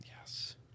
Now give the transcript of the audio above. Yes